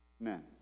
Amen